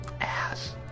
ass